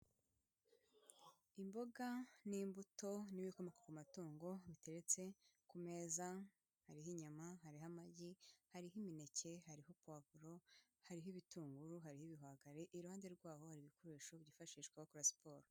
Imboga n'imbuto n'ibikomoka ku matungo, biteretse ku meza; hariho inyama, hariho amagi, hariho imineke, hariho urupapuro, hariho ibitunguru, hariho ibihwagare, iruhande rwaho hari ibikoresho byifashishwa bakora siporo.